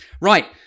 Right